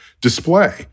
display